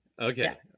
Okay